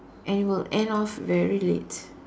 and it will end off very late